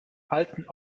alten